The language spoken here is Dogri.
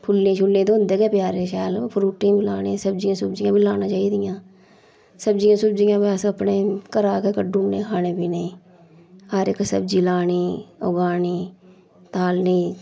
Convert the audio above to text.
फुल्ले छुल्लें ते होंदे गै प्यारे शैल फरूटे बी लाने सब्जियां सुब्जियां बी लाना चाहिदियां सब्जियां सुब्जियां बी अस अपने घरा गै कडूड़ने खाने पीने हर इक सब्जी लानी उगानी तालनी